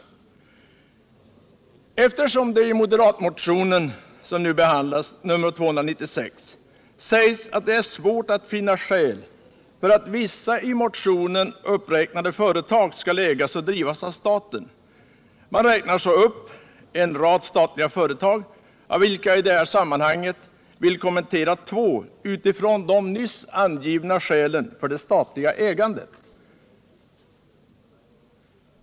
Det sägs i den moderatmotion som nu behandlas, nr 296, att det är svårt att finna skäl för att vissa i motionen uppräknade företag skall ägas och drivas av staten. Man räknar så upp en rad statliga företag, av vilka jag i detta sammanhang vill kommentera två med utgångspunkt i de nyss angivna skälen för det statliga ägandet.